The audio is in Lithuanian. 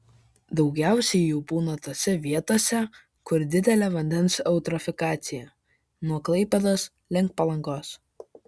daugiausiai jų būna tose vietose kur didelė vandens eutrofikacija nuo klaipėdos link palangos